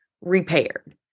repaired